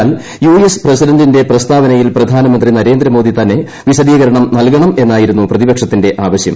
എന്നാൽ U S പ്രസിഡന്റിന്റെ പ്രസ്താവനയിൽ പ്രധാനമന്ത്രി നരേന്ദ്രമോദി തന്നെ വിശദീകരണം നൽകണമെന്നായിരുന്നു പ്രതിപക്ഷത്തിന്റെ ആവശ്യം